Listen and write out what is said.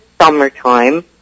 summertime